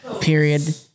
period